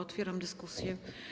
Otwieram dyskusję.